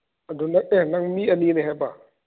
ꯑꯗꯨ ꯅꯪ ꯑꯦ ꯅꯪ ꯃꯤ ꯑꯅꯤꯅꯦ ꯍꯥꯏꯕ